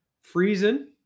Freezing